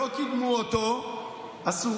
עשו.